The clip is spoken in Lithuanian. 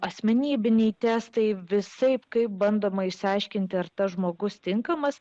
asmenybiniai testai visaip kaip bandoma išsiaiškinti ar tas žmogus tinkamas